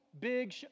big